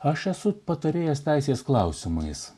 aš esu patarėjas teisės klausimais